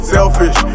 Selfish